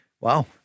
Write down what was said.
wow